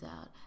out